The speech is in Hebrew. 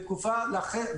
תודה.